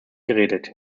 geredet